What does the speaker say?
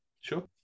Sure